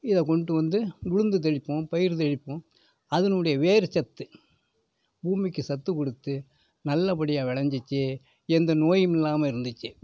இதைக் கொண்டுவந்து உளுந்து தெளிப்போம் பயிர் தெளிப்போம் அதனுடைய வேர்ச்சத்து பூமிக்கு சத்து கொடுத்து நல்லபடியாக விளைஞ்சுச்சு எந்த நோயும் இல்லாமல் இருந்துச்சு